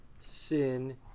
Sin